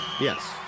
Yes